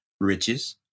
riches